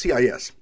Cis